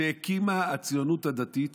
שהקימה הציונות הדתית